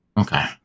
Okay